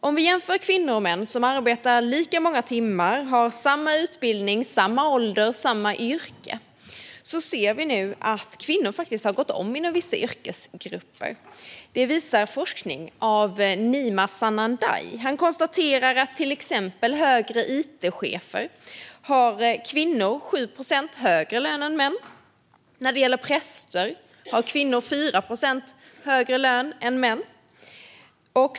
Om vi jämför kvinnor och män som arbetar lika många timmar och som har samma utbildning, samma ålder och samma yrke ser vi nu att kvinnor faktiskt har gått om inom vissa yrkesgrupper. Det visar forskning av Nima Sanandaji. Han konstaterar till exempel att bland högre it-chefer har kvinnor 7 procent högre lön än män, och när det gäller präster har kvinnor 4 procent högre lön än män.